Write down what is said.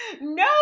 No